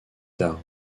tard